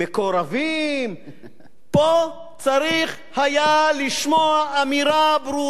פה צריך היה לשמוע אמירה ברורה מפיו של עופר עיני.